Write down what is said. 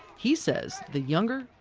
he says the younger,